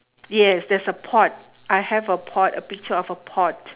yes there's a pot I have a pot a picture of a pot